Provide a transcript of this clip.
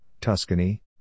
Tuscany